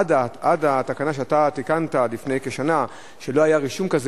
עד התקנה שאתה תיקנת לפני כשנה לא היה רישום כזה